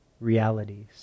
realities